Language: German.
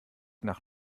nach